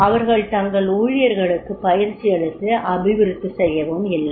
அவர்கள் தங்கள் ஊழியர்களுக்கு பயிற்சியளித்து அபிவிருத்தி செய்யவுமில்லை